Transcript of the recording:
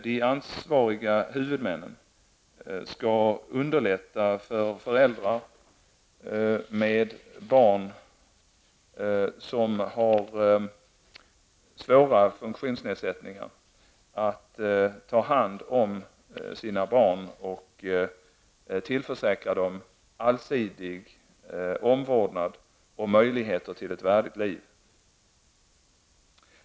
De ansvariga huvudmännen skall underlätta för föräldrar med barn som har svåra funktionsnedsättningar att ta hand om sina barn och tillförsäkra dem allsidig omvårdnad och möjligheter till ett värdigt liv.